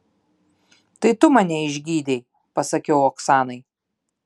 tai tu mane išgydei pasakiau oksanai